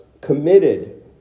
committed